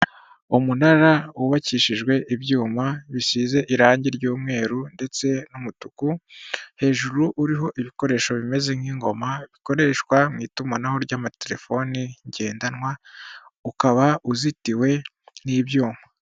Umunara wubakishijwe ibyuma bisize irangi ry'umweru ndetse n'umutuku hejuru uriho ibikoresho bimeze nk'ingoma bikoreshwa mu itumanaho ry'amatelefoni ngendanwa ukaba uzitiwe n'ibyuma.